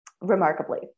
Remarkably